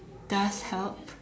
does help